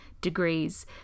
degrees